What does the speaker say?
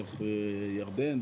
דרך ירדן,